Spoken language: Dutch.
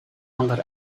ander